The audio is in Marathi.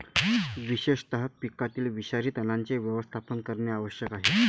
विशेषतः पिकातील विषारी तणांचे व्यवस्थापन करणे आवश्यक आहे